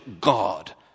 God